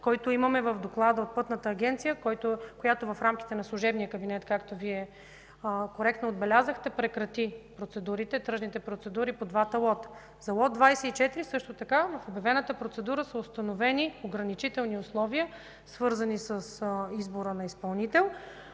който имаме в доклада от Пътната агенция, която в рамките на служебния кабинет, както Вие коректно отбелязахте, прекрати тръжните процедури по двата лота. За лот 24 също така в обявената процедура са установени ограничителни условия, свързани с избора на изпълнител.